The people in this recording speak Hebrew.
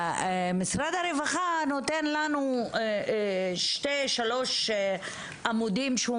משרד הרווחה נותן לנו שלושה עמודים שבהם הוא